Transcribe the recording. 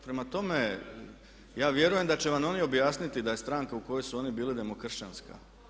Prema tome ja vjerujem da će vam oni objasniti da je stranka u kojoj su oni bili demokršćanska.